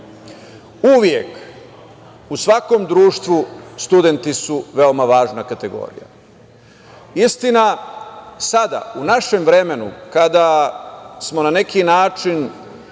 u svakom društvu studenti su veoma važna kategorija. Istina, sada u našem vremenu kada smo na neki način